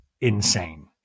insane